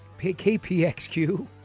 KPXQ